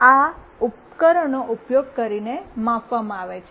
આ ઉપકરણનો ઉપયોગ કરીને માપવામાં આવે છે